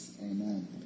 Amen